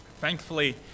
Thankfully